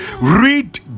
Read